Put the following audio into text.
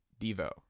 Devo